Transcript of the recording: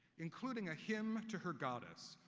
including a hymn to her goddess,